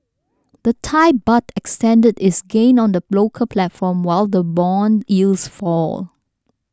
the Thai Baht extended its gains on the local platform while the bond yields fall